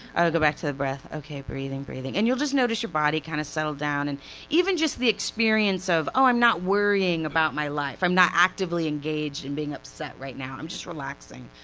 i'll go back to the breath, ok, breathing, breathing, and you'll like just notice your body kind of settle down, and even just the experience of oh i'm not worrying about my life, i'm not actively engaged in being upset right now, i'm just relaxing,